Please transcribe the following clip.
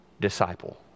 disciple